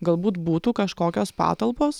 galbūt būtų kažkokios patalpos